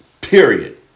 Period